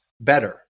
better